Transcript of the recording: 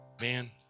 Man